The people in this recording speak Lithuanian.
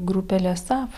grupele sav